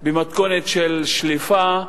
במתכונת של שליפה,